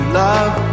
love